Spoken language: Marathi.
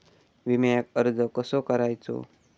विम्याक अर्ज कसो करायचो?